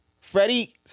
Freddie